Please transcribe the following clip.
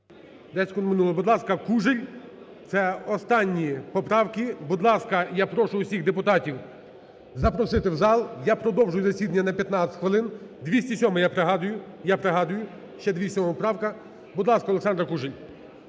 секунд минуло. Будь ласка, Кужель. Це останні поправки. Будь ласка, я прошу усіх депутатів запросити в зал, я продовжую засідання на 15 хвилин. 205-а, я пригадую, я пригадую, ще 207 поправка. Будь ласка, Олександра Кужель.